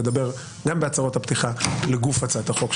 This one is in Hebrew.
לדבר גם בהצהרות הפתיחה לגוף הצעת החוק,